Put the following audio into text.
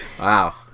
Wow